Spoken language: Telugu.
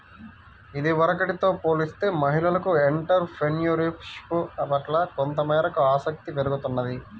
ఇదివరకటితో పోలిస్తే మహిళలకు ఎంటర్ ప్రెన్యూర్షిప్ పట్ల కొంతమేరకు ఆసక్తి పెరుగుతున్నది